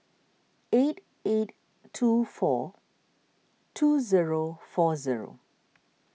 eight eight two four two zero four zero